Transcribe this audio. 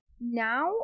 Now